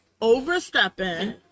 overstepping